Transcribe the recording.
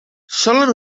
solen